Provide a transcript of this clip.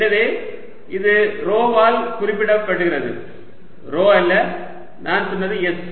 எனவே இது ρ வால் குறிப்பிடப்படுகிறது ρ அல்ல நான் சொன்னது s